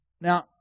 Now